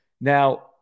Now